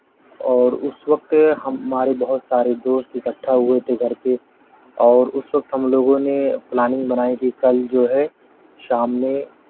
اور اس وقت ہمارے بہت سارے دوست اکٹھا ہوئے تھے گھر پہ اور اس وقت ہم لوگوں نے پلاننگ بنائی تھی کل جو ہے شام میں